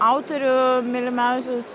autorių mylimiausius